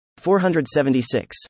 476